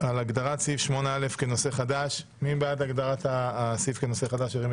8 במרץ 2022. נתחיל בנושא הראשון שעל סדר